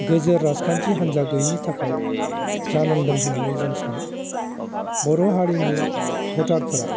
गोजोर राजखान्थि हान्जा गैयैनि थाखाय जानांदों होननानै जों सानो बर' हारिनि भटारफोरा